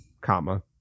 comma